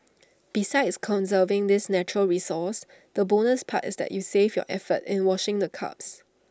besides conserving this natural resource the bonus part is that you save your effort in washing the cups